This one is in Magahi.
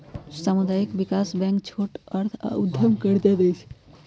सामुदायिक विकास बैंक छोट अर्थ आऽ उद्यम कर्जा दइ छइ